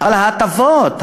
אבל ההטבות,